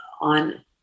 on